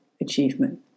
achievement